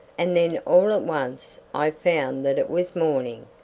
and then all at once i found that it was morning,